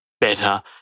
better